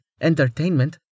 entertainment